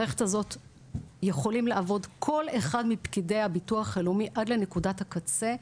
במערכת הזאת יכולים לעבוד כל אחד מפקידי הביטוח הלאומי עד לנקודת הקצה.